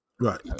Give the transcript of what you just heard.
right